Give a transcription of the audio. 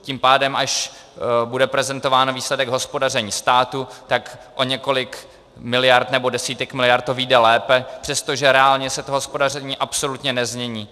Tím pádem až bude prezentován výsledek hospodaření státu, tak o několik miliard nebo desítek miliard to vyjde lépe, přestože se reálně to hospodaření absolutně nezmění.